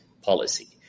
policy